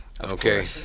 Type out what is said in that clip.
Okay